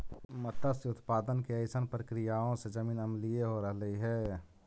मत्स्य उत्पादन के अइसन प्रक्रियाओं से जमीन अम्लीय हो रहलई हे